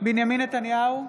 בנימין נתניהו,